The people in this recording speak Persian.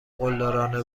قلدرانه